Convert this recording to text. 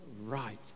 right